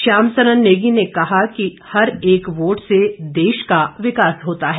श्याम सरण नेगी ने कहा कि हर एक वोट से देश का विकास होता है